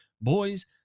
boys